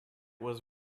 was